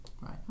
Right